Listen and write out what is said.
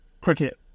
cricket